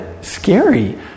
scary